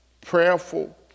prayerful